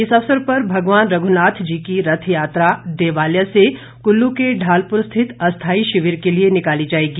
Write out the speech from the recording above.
इस अवसर पर भगवान रघुनाथ जी की रथ यात्रा देवालय से कुल्लू के ढालपुर स्थित अस्थायी शिविर के लिए निकाली जाएगी